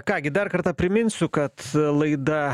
ką gi dar kartą priminsiu kad laida